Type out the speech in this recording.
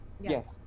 yes